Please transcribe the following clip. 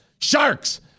Sharks